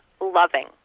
loving